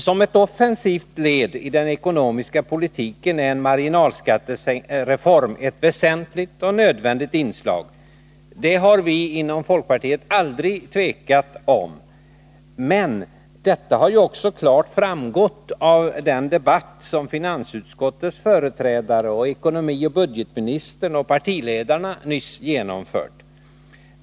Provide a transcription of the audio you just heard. Som ett offensivt led i den ekonomiska politiken är en marginalskattereform ett väsentligt och nödvändigt inslag. Det har vi inom folkpartiet aldrig varit tveksamma om. Men detta har ju också klart framgått av den debatt som finansutskottets företrädare, ekonomioch budgetministern och partiledarna nyss genomfört.